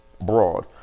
broad